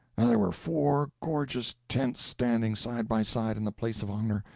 there were four gorgeous tents standing side by side in the place of honor,